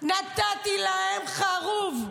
נתתי להם חרוב.